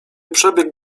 przebiegł